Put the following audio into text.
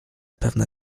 pewne